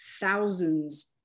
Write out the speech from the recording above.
thousands